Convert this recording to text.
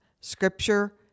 scripture